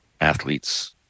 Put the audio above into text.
athletes